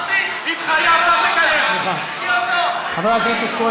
הבעיות שקיימות בהצעת החוק: ראשית,